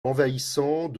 envahissant